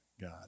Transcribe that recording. God